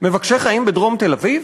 מבקשי חיים בדרום תל-אביב?